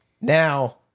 Now